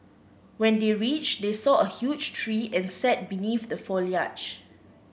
when they reached they saw a huge tree and sat beneath the foliage